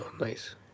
Nice